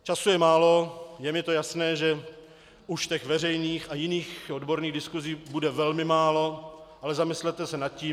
Času je málo, je mi to jasné, že už těch veřejných a jiných odborných diskusí bude velmi málo, ale zamyslete se nad tím.